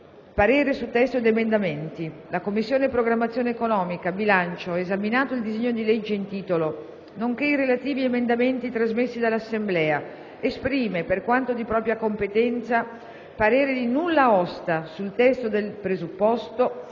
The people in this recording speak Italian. finestra"), *segretario*. «La Commissione programmazione economica, bilancio, esaminato il disegno di legge in titolo, nonché i relativi emendamenti trasmessi dall'Assemblea, esprime, per quanto di propria competenza, parere di nulla osta sul testo nel presupposto che la